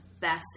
best